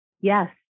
yes